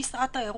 אני שרת התיירות,